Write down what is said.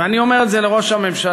ואני אומר את זה לראש הממשלה